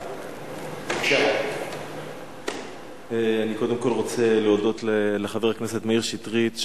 אני קודם כול רוצה להודות לחבר הכנסת מאיר שטרית,